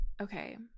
okay